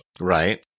Right